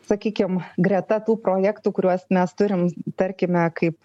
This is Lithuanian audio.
sakykim greta tų projektų kuriuos mes turim tarkime kaip